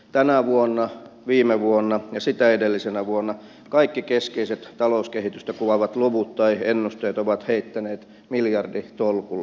tänä vuonna viime vuonna ja sitä edellisenä vuonna kaikki keskeiset talouskehitystä kuvaavat luvut tai ennusteet ovat heittäneet miljarditolkulla